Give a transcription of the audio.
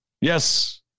Yes